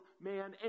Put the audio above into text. man